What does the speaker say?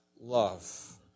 love